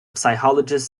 psychologist